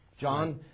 John